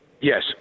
Yes